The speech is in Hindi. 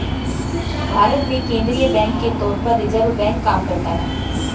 भारत में केंद्रीय बैंक के तौर पर रिज़र्व बैंक काम करता है